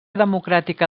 democràtica